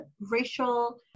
racial